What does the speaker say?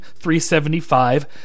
375